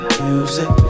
music